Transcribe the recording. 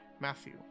Matthew